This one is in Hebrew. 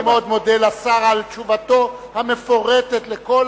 אני מאוד מודה לשר על תשובתו המפורטת לכל